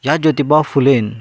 ज्या ज्योतिबा फुलेन